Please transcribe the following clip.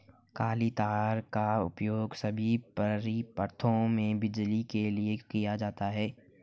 काली तार का उपयोग सभी परिपथों में बिजली के लिए किया जाता है